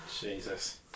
Jesus